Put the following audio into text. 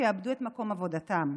שיאבדו את מקום עבודתם.